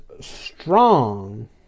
strong